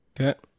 Okay